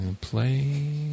Play